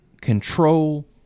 control